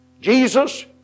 Jesus